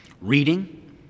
reading